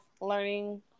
learning